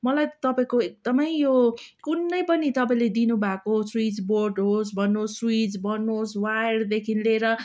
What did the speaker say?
मलाई त तपाईँको एकदमै यो कुनै पनि तपाईँले दिनुभएको स्विच बोर्ड होस् भन्नुहोस् स्विच भन्नुहोस् वायरदेखि लिएर